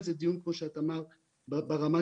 מכרו